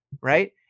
right